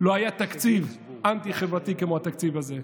לא היה תקציב אנטי-חברתי כמו התקציב הזה.